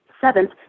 Seventh